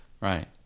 Right